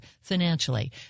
financially